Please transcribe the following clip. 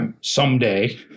someday